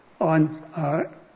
on